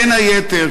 בין היתר,